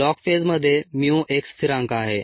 log फेजमध्ये mu एक स्थिरांक आहे